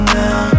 now